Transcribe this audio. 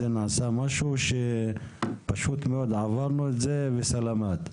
נעשה משהו או שפשוט מאוד עברנו את זה וסלאמאת?